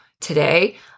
today